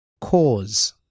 Cause